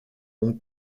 ont